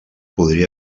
podria